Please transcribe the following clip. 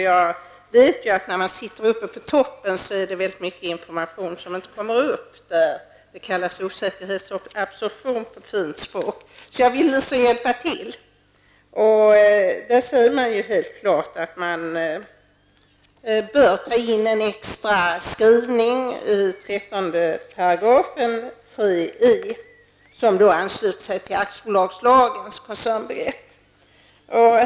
Jag vet ju att när man sitter uppe på toppen är det väldigt mycket information som man inte nås av. På en punkt ställer jag mig naturligtvis litet tveksam till svaret. Här sägs att man har för avsikt att föra in en form av koncernredovisning.